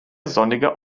sonniger